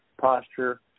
posture